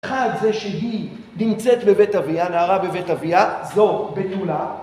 אחד זה שהיא נמצאת בבית אביה, נערה בבית אביה, זו בתולה.